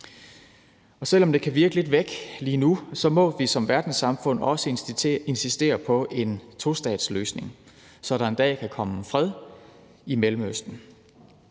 Selv om det kan virke lidt væk lige nu, må vi som verdenssamfund også insistere på en tostatsløsning, så der en dag kan komme fred i Mellemøsten.